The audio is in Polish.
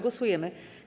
Głosujemy.